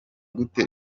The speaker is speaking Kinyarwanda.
gute